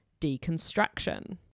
deconstruction